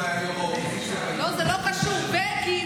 היה אכול, טלי את מפריעה